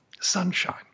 sunshine